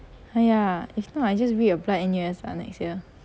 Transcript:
!aiya! if not I just re-apply N_U_S lah next year